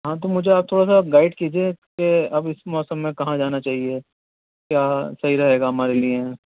ہاں تو مجھے آپ تھوڑا سا گائڈ کیجیے کہ اب اس موسم میں کہاں جانا چاہیے کیا صحیح رہے گا ہمارے لیے